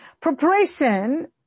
Preparation